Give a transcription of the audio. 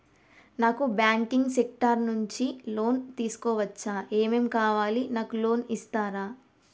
నాకు banking sector నుంచి loan తీసుకోవచ్చా? ఏమేం కావాలి? నాకు లోన్ ఇస్తారా?